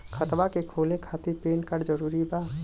खतवा के खोले खातिर पेन कार्ड जरूरी बा?